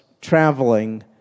traveling